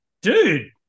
dude